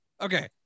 Okay